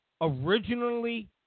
originally